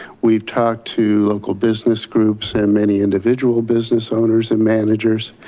we've talked to local business groups and many individual business owners and managers.